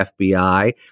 FBI